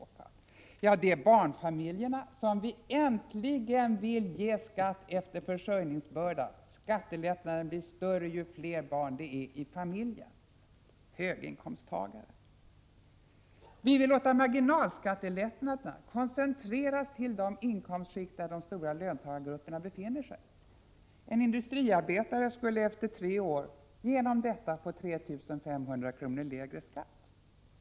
Är det barnfamiljerna, som vi vill ge skatt i förhållande till försörjningsbördan? Skattelättnaden blir större ju fler barn familjen har. Är det dessa familjer som ni socialdemokrater påstår att vi betraktar som höginkomsttagare? Vi vill låta marginalskattelättnaden koncentreras till de inkomstskikt där de stora löntagargrupperna befinner sig. En industriarbetare skulle därigenom efter tre år få 3 500 kr. lägre skatt.